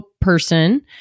person